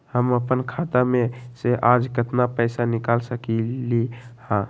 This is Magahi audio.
हम अपन खाता में से आज केतना पैसा निकाल सकलि ह?